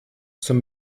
zum